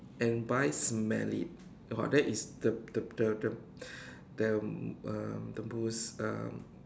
and by smell it !wah! that is the the the the the um the most um